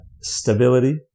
stability